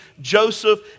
Joseph